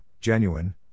genuine